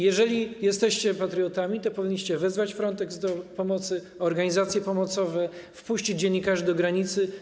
Jeżeli jesteście patriotami, to powinniście wezwać Frontex do pomocy, organizacje pomocowe, dopuścić dziennikarzy do granicy.